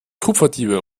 kupferdiebe